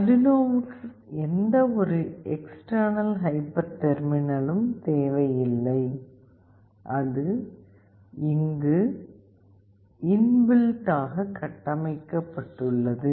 அர்டுயினோவுக்கு எந்தவொரு external hyper டெர்மினலும் தேவையில்லை அது அங்கு இன் பில்ட் ஆக கட்டமைக்கப்பட்டுள்ளது